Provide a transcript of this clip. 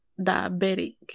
Diabetic